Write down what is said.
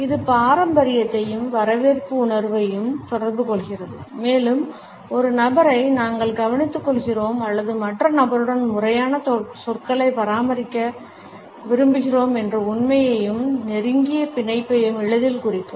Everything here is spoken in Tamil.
இது பாரம்பரியத்தையும் வரவேற்பு உணர்வையும் தொடர்புகொள்கிறது மேலும் ஒரு நபரை நாங்கள் கவனித்துக்கொள்கிறோம் அல்லது மற்ற நபருடன் முறையான சொற்களைப் பராமரிக்க விரும்புகிறோம் என்ற உண்மையையும் நெருங்கிய பிணைப்பையும் எளிதில் குறிக்கும்